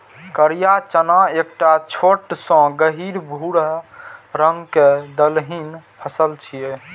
करिया चना एकटा छोट सन गहींर भूरा रंग के दलहनी फसल छियै